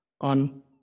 On